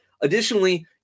Additionally